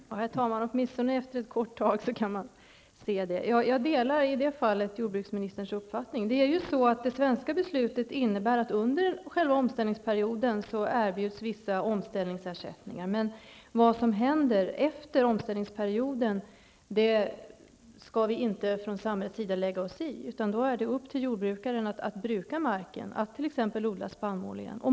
Fru talman! Ja, det kan man se, åtminstone efter ett kort tag. I det fallet delar jag jordbruksministerns uppfattning. Det svenska beslutet innebär att vissa jordbrukare erbjuds omställningsersättningar under själva omställningsperioden. Vad som sedan händer efter omställningsperioden skall vi från samhällets sida inte lägga oss i. Då är det upp till jordbrukaren att bruka marken, t.ex. att odla spannmål igen.